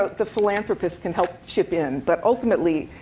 the philanthropists can help chip in. but ultimately,